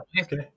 okay